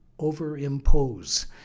overimpose